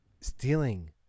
stealing